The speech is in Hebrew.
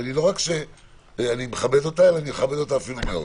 לא רק שאני מכבד אותה, אני אפילו מכבד אותה מאוד.